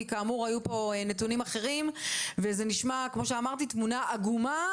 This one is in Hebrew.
כי כאמור היו פה נתונים אחרים וזה נראה תמונה עגומה